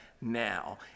now